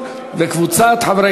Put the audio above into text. הצעת החוק